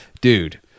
Dude